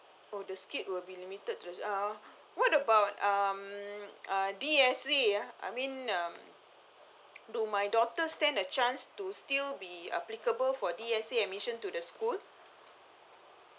oh the seat would be limited to uh what about um uh D_S_A [ah} I mean um do my daughter stand a chance to still be applicable for D_S_A admission to the school